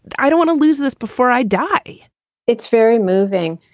i don't want to lose this before i die it's very moving.